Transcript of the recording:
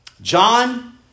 John